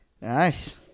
Nice